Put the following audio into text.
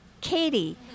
Katie